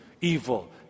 evil